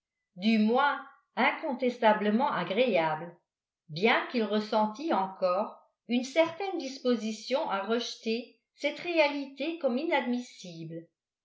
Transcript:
du moins incontestablement agréable bien qu'il ressentît encore une certaine disposition à rejeter cette réalité comme inadmissible